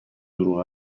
دروغ